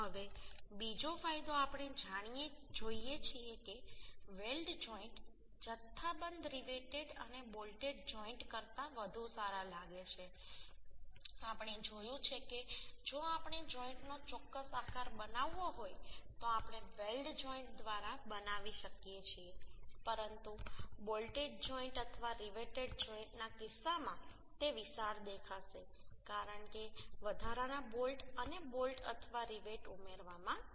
હવે બીજો ફાયદો આપણે જોઈએ છીએ કે વેલ્ડ જોઈન્ટ જથ્થાબંધ રિવેટેડ અને બોલ્ટેડ જોઈન્ટ કરતાં વધુ સારા લાગે છે આપણે જોયું છે કે જો આપણે જોઈન્ટનો ચોક્કસ આકાર બનાવવો હોય તો આપણે વેલ્ડ જોઈન્ટ દ્વારા બનાવી શકીએ છીએ પરંતુ બોલ્ટેડ જોઈન્ટ અથવા રિવેટેડ જોઈન્ટના કિસ્સામાં તે વિશાળ દેખાશે કારણ કે વધારાના બોલ્ટ અને બોલ્ટ અથવા રિવેટ ઉમેરવામાં આવશે